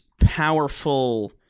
powerful